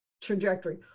trajectory